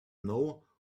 know